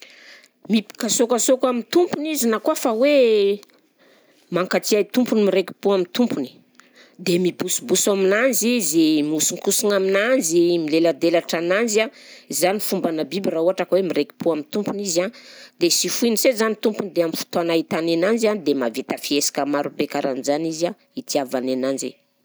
Mipikasoakasoaka amin'ny tompony izy na koa fa hoe mankatia tompony, miraikim-po amin'ny tompony, dia mibosoboso aminanzy izy, mihosonkosogna aminanzy, mileladelatra ananjy an, zany fombanà biby raha ohatra ka hoe miraiki-po amin'ny tompony izy a, dia sy foiny se zany tompony dia am'fotoana ahitany ananjy a dia mahavita fihesika marobe karaha an'izany izy a itiavany ananjy.